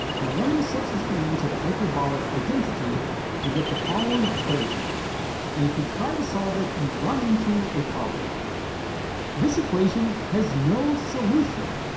now when you substitute it into the hyperbolic identity you get the following equation and if you try to solve it you run into a problem this equation has no solution